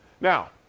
now